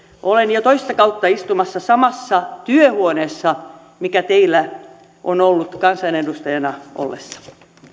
olen jo toista kautta istumassa samassa työhuoneessa mikä teillä on ollut kansanedustajana ollessa